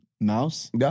mouse